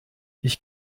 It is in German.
ich